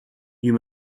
you